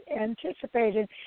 anticipated